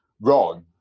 wrong